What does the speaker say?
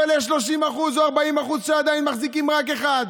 אבל יש 30% או 40% שעדיין מחזיקים רק אחד,